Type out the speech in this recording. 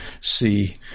see